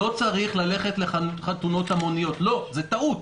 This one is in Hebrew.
לא צריך ללכת לחתונות המוניות, לא, זה טעות,